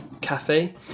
cafe